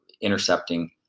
intercepting